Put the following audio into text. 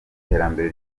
iterambere